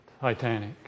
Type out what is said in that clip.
Titanic